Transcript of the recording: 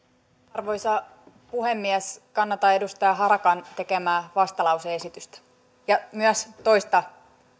arvoisa puhemies kannatan edustaja harakan tekemää vastalause esitystä ja myös toista